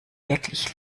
wirklich